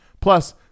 Plus